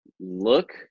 look